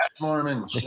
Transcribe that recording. Mormon